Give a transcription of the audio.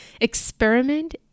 experiment